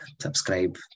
subscribe